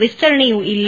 ವಿಸ್ತರಣೆಯೂ ಇಲ್ಲ